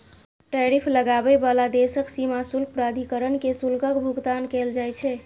tariff लगाबै बला देशक सीमा शुल्क प्राधिकरण कें शुल्कक भुगतान कैल जाइ छै